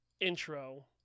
intro